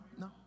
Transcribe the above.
no